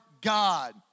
God